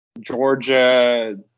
Georgia